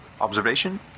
observation